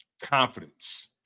confidence